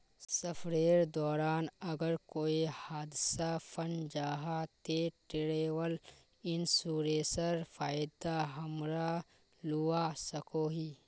सफरेर दौरान अगर कोए हादसा हन जाहा ते ट्रेवल इन्सुरेंसर फायदा हमरा लुआ सकोही